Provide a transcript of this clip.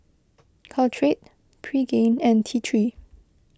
Caltrate Pregain and T three